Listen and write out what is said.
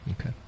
Okay